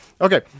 Okay